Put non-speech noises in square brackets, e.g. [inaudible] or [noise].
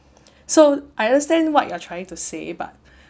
so I understand what you are trying to say but [breath]